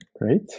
Great